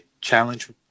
challenge